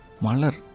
Malar